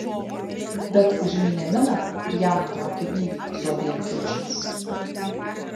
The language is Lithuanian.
bet užmynė miną ir jam nutraukė bybį su abiem kiaušais